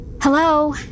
Hello